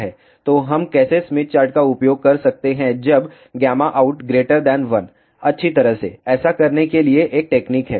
तो हम कैसे स्मिथ चार्ट का उपयोग कर सकते हैं जब out1 अच्छी तरह से ऐसा करने के लिए एक टेक्निक है